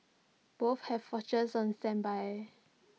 both have watchers on standby